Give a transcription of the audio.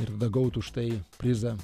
ir gautų už tai prizą